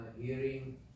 Hearing